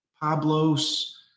Pablo's